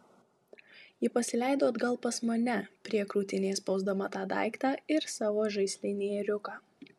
ji pasileido atgal pas mane prie krūtinės spausdama tą daiktą ir savo žaislinį ėriuką